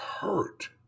hurt